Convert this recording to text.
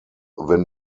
wenn